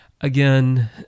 again